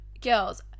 girls